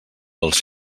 els